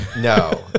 No